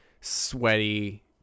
sweaty